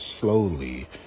slowly